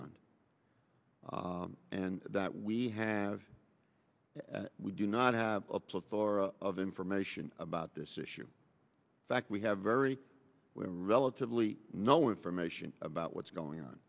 d and that we have we do not have a plethora of information about this issue fact we have very relatively no information about what's going on